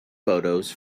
photos